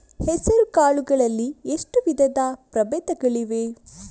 ಹೆಸರುಕಾಳು ಗಳಲ್ಲಿ ಎಷ್ಟು ವಿಧದ ಪ್ರಬೇಧಗಳಿವೆ?